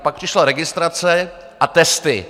Pak přišla registrace a testy.